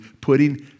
putting